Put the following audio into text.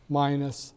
minus